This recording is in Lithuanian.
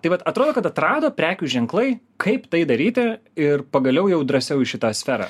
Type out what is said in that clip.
tai vat atrodo kad atrado prekių ženklai kaip tai daryti ir pagaliau jau drąsiau į šitą sferą